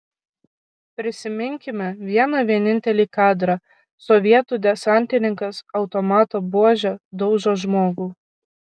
prisiminkime vieną vienintelį kadrą sovietų desantininkas automato buože daužo žmogų